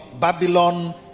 babylon